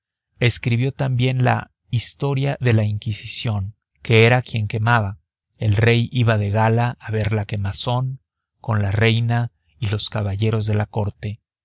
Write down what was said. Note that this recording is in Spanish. escribió también la historia de la inquisición que era quien quemaba el rey iba de gala a ver la quemazón con la reina y los caballeros de la corte